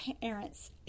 parents